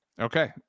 Okay